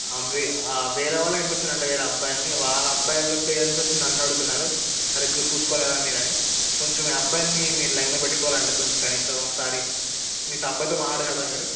వేరే వాళ్ళని ఏడిపిస్తున్నాడంట వేరే అబ్బాయిల్ని వాళ్ళ అబ్బాయిల పేరెంట్స్ వచ్చి నన్ను అడుగుతున్నారు సరిగ్గా చూసుకోలేదా మీరు అని కొంచెం మీ అబ్బాయిని మీరు లైన్లో పెట్టుకోవాలండి కొంచెం కనీసం ఒకసారి మీతో అబ్బాయితో మాట్లాడగలరా మీరు